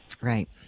Right